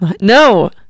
no